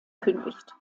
kündigt